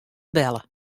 belle